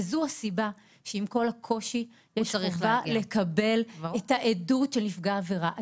וזו הסיבה שעם כל הקושי יש חובה לקבל את העדות של נפגע עבירה.